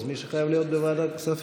אז מי שחייב להיות בוועדת כספים,